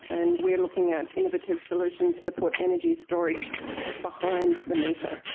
and we are looking at innovative solutions to put energy storage behind the meter.